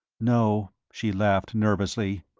no. she laughed nervously.